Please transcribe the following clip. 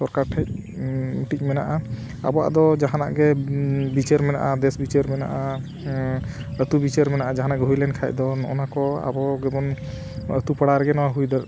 ᱥᱚᱨᱠᱟᱨ ᱴᱷᱮᱡ ᱢᱤᱴᱤᱡ ᱢᱮᱱᱟᱜᱼᱟ ᱟᱵᱚᱣᱟᱜ ᱫᱚ ᱡᱟᱦᱟᱱᱟᱜ ᱜᱮ ᱵᱤᱪᱟᱹᱨ ᱢᱮᱱᱟᱜᱼᱟ ᱵᱮᱥ ᱵᱤᱪᱟᱹᱨ ᱢᱮᱱᱟᱜᱼᱟ ᱟᱹᱛᱩ ᱵᱤᱪᱟᱹᱨ ᱢᱮᱱᱟᱜᱼᱟ ᱡᱟᱦᱟᱱᱟᱜ ᱜᱮ ᱦᱩᱭ ᱞᱮᱱᱠᱷᱟᱡ ᱫᱚ ᱱᱚᱜᱱᱟ ᱠᱚ ᱟᱵᱚ ᱜᱮᱵᱚᱱ ᱟᱹᱛᱩ ᱯᱟᱲᱟ ᱨᱮᱜᱮ ᱱᱚᱣᱟ ᱦᱩᱭ ᱫᱟᱲᱮᱭᱟᱜᱼᱟ